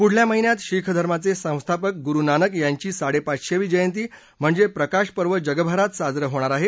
पुढल्या महिन्यात शीख धर्माचे संस्थापक गुरु नानक यांची साडेपाचशेवी जयंती म्हणजे प्रकाशपर्व जगभरात साजरं होणार आहे